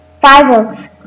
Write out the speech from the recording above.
fireworks